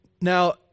Now